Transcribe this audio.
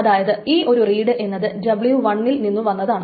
അതായത് ഈ ഒരു റീഡ് എന്നത് w1 ൽ നിന്നു വന്നതാണ്